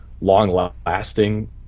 long-lasting